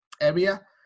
area